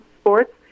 sports